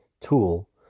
tool